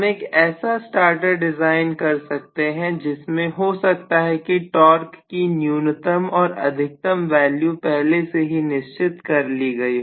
हम एक ऐसा स्टार्टर डिजाइन कर सकते हैं जिसमें हो सकता है कि टॉर्क की न्यूनतम और अधिकतम वैल्यू पहले से ही निश्चित कर ली गई हो